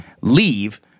leave